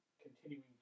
continuing